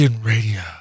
Radio